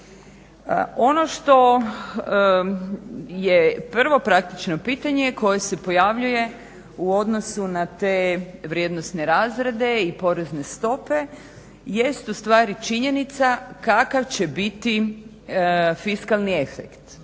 Ono što je prvo praktično pitanje koje se pojavljuje u odnosu na te vrijednosne razrede i porezne stope jest ustvari činjenica kakav će biti fiskalni efekt,